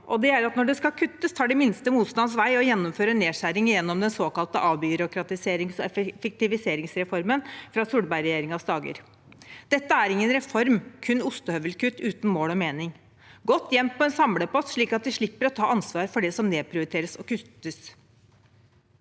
når det skal kuttes, tar de minste motstands vei og gjennomfører nedskjæring gjennom den såkalte avbyråkratiserings- og effektiviseringsreformen fra Solberg-regjeringens dager. Det er ingen reform, men kun ostehøvelkutt uten mål og mening, godt gjemt i en samlepott, slik at de slipper å ta ansvar for det som nedprioriteres og kuttes.